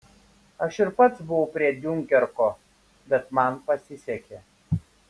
aš ir pats buvau prie diunkerko bet man pasisekė